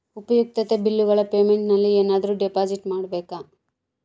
ಉಪಯುಕ್ತತೆ ಬಿಲ್ಲುಗಳ ಪೇಮೆಂಟ್ ನಲ್ಲಿ ಏನಾದರೂ ಡಿಪಾಸಿಟ್ ಮಾಡಬೇಕಾ?